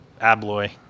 abloy